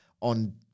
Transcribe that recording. on